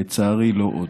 לצערי לא עוד.